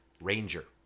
ranger